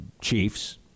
chiefs